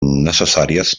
necessàries